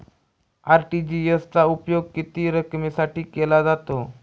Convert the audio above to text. RTGS चा उपयोग किती रकमेसाठी केला जातो?